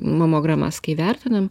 mamogramas kai vertina